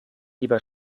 lieber